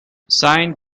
sine